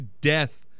death